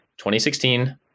2016